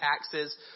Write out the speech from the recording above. taxes